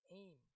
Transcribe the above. aim